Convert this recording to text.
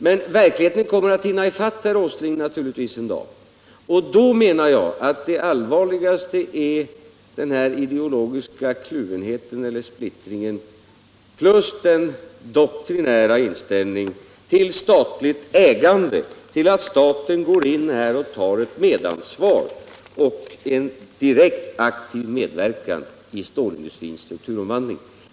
Men verkligheten kommer att hinna ifatt herr Åsling en dag, och då är det allvarligaste den ideologiska kluvenheten eller splittriagen plus den doktrinära inställningen till statligt ägande, till att staten går in och tar ett medansvar och till en direkt aktiv medverkan i stålindustrins strukturomvandling.